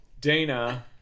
Dana